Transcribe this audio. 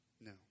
No